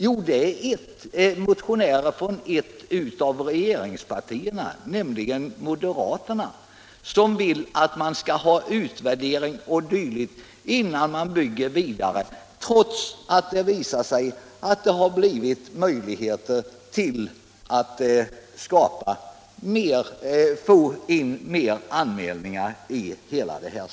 Jo, det är motionärerna från ett av regerings politiken politiken partierna, nämligen moderaterna, som vill att man skall göra utvärderingar o. d. innan man bygger vidare, trots att det visat sig att det har blivit möjligt att få fler anmälningar om lediga platser.